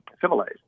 civilized